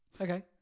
Okay